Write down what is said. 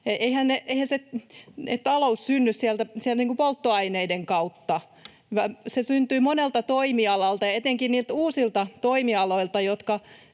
Eihän talous synny sieltä polttoaineiden kautta, vaan se syntyy monelta toimialalta ja etenkin niiltä uusilta toimialoilta,